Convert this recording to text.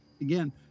again